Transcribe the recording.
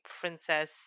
princess